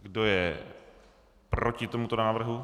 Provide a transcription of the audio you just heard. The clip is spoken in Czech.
Kdo je proti tomuto návrhu?